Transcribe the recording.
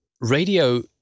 Radio